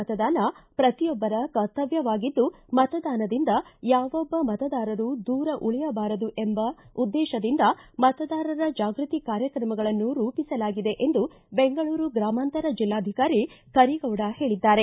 ಮತದಾನ ಪ್ರತಿಯೊಬ್ಬರ ಕರ್ತವ್ಯವಾಗಿದ್ದು ಮತದಾನದಿಂದ ಯಾವೊಬ್ಬ ಮತದಾರರು ದೂರ ಉಳಿಯಬಾರದು ಎನ್ನುವ ಉದ್ದೇಶದಿಂದ ಮತದಾರರ ಜಾಗೃತಿ ಕಾರ್ಯಕ್ರಮಗಳನ್ನು ರೂಪಿಸಲಾಗಿದೆ ಎಂದು ಬೆಂಗಳೂರು ಗ್ರಾಮಾಂತರ ಜಿಲ್ಲಾಧಿಕಾರಿ ಕರೀಗೌಡ ಹೇಳಿದ್ದಾರೆ